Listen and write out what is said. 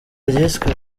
ryiswe